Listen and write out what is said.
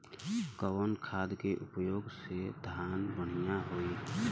कवन खाद के पयोग से धान बढ़िया होई?